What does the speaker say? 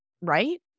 right